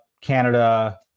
Canada